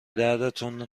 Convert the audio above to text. دردتون